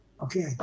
Okay